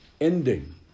ending